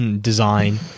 design